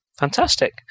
fantastic